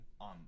on